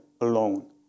alone